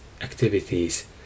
activities